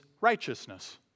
righteousness